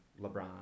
LeBron